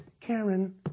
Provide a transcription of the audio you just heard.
Karen